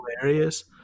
hilarious